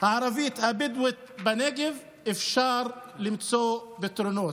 הערבית הבדואית בנגב, אפשר למצוא פתרונות.